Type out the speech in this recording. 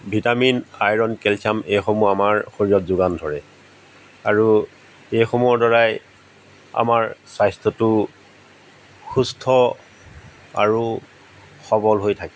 vitamin iron calcium এইসমূহ আমাৰ শৰীৰত যোগান ধৰে আৰু এইসমূহৰ দ্বাৰাই আমাৰ স্বাস্থ্যটো সুস্থ আৰু সবল হৈ থাকে